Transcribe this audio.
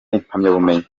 impamyabumenyi